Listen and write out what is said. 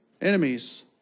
Enemies